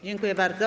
Dziękuję bardzo.